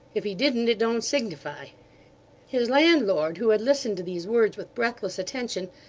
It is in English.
if he didn't, it don't signify his landlord, who had listened to these words with breathless attention,